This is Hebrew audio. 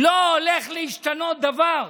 לא הולך להשתנות דבר.